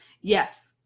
yes